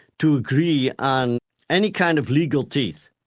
to agree on any kind of legal teeth.